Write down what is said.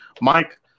Mike